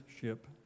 ship